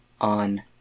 on